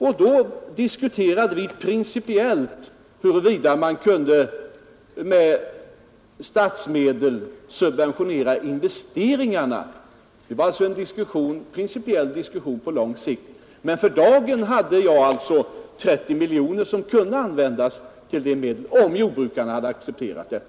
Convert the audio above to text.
Vidare diskuterade vi principiellt huruvida man kunde med statsmedel subventionera investeringarna. Det var alltså en principiell diskussion på lång sikt, men för dagen hade jag 30 miljoner kronor som kunde användas för ifrågavarande ändamål, om jordbrukarna hade accepterat detta.